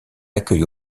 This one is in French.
accueille